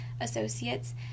associates